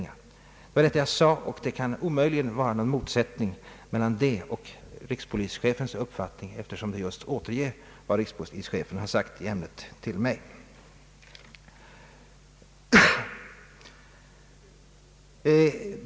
Detta var vad jag sade i svaret, och det kan omöjligt vara någon motsättning mellan detta uttalande och rikspolischefens uppfattning, eftersom uttalandet just återger vad han sagt i ämnet.